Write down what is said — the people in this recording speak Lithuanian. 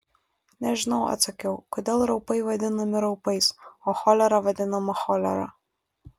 nežinau atsakiau kodėl raupai vadinami raupais o cholera vadinama cholera